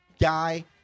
guy